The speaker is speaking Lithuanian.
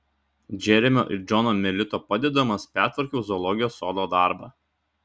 džeremio ir džono melito padedamas pertvarkiau zoologijos sodo darbą